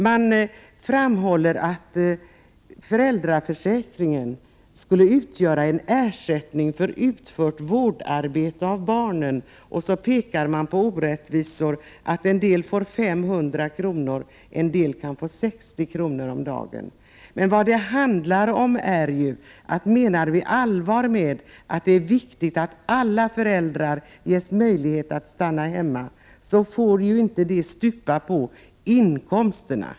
Man framhåller att föräldraförsäkringen skulle utgöra en ersättning för utfört vårdarbete och pekar på sådana orättvisor som att en del får 500 kr. och andra kan få 60 kr. om dagen. Men vad det handlar om är, att om vi menar allvar med att det är viktigt att alla föräldrar ges möjlighet att stanna hemma, så får det inte stupa på inkomsterna.